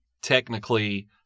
Technically